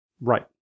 Right